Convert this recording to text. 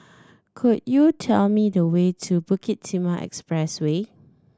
could you tell me the way to Bukit Timah Expressway